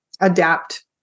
adapt